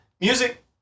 music